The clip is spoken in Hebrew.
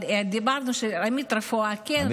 אבל אמרנו שעמית רפואה כן,